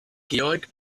georg